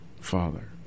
Father